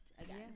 again